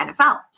NFL